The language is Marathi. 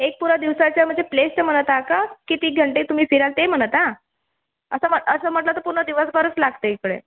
एक पुरा दिवसाचं म्हणजे प्लेसचं म्हणता का किती घंटे तुम्ही फिराल ते म्हणता असं म्हण असं म्हटलं तर पूर्ण दिवसभरच लागते इकडे